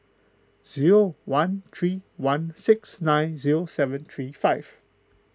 zero one three one six nine zero seven three five